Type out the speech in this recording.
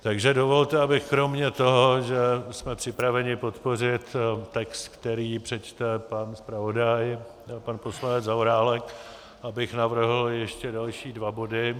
Takže dovolte, abych kromě toho, že jsme připraveni podpořit text, který přečte pan zpravodaj poslanec Zaorálek, navrhl ještě další dva body...